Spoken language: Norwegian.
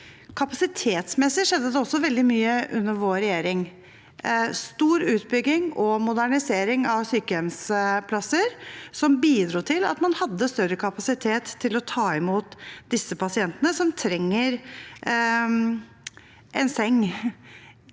Kapasitetsmessig skjedde det også veldig mye under vår regjering: en stor utbygging og modernisering av sykehjemsplasser, som bidro til at man hadde større kapasitet til å ta imot pasientene som trenger en seng